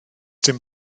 dim